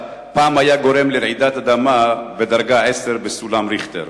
פעם רצח היה גורם לרעידת אדמה בדרגה 10 בסולם ריכטר